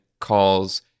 calls